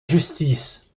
justice